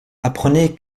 apprenez